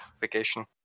vacation